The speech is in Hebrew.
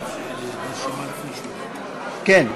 מרב מיכאלי, כן.